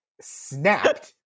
snapped